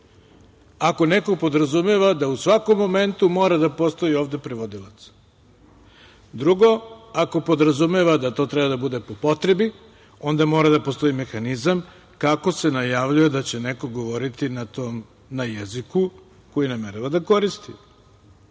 ako neko podrazumeva da u svakom momentu mora da postoji ovde prevodilac. Drugo, ako podrazumeva da to treba da bude po potrebi, onda mora da postoji mehanizam kako se najavljuje da će neko govoriti na jeziku koji namerava da koristi,